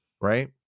right